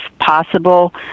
possible